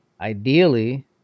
ideally